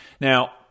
now